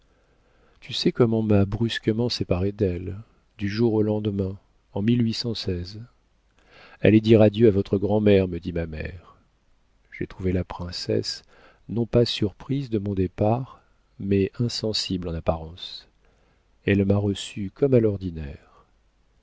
tu sais comme on m'a brusquement séparée d'elle du jour au lendemain en allez dire adieu à votre grand'mère me dit ma mère j'ai trouvé la princesse non pas surprise de mon départ mais insensible en apparence elle m'a reçue comme à l'ordinaire